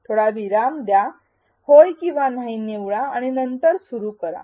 थोडा विराम द्या होय किंवा नाही निवडा आणि नंतर सुरु करा